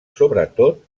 sobretot